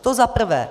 To za prvé.